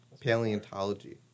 paleontology